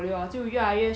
mm